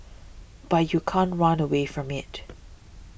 but you can't run away from it